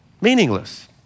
meaningless